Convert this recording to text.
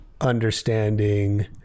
understanding